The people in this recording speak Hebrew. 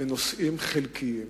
בנושאים חלקיים.